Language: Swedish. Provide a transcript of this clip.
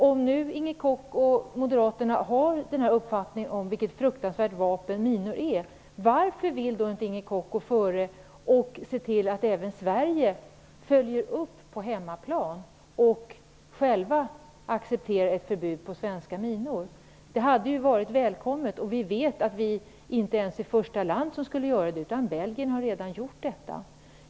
Om nu Inger Koch och Moderaterna har den här uppfattningen om vilket fruktansvärt vapen minor är, varför vill då inte Inger Koch gå före och se till att även Sverige på hemmaplan följer upp och accepterar ett förbud mot svenska minor? Det hade varit välkommet, och vi vet att vi inte ens är första land som skulle göra det. Belgien har redan gjort detta.